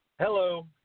Hello